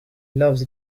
loves